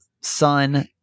son